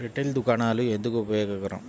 Retail దుకాణాలు ఎందుకు ఉపయోగకరం?